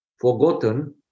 forgotten